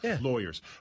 lawyers